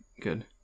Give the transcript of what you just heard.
good